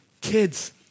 kids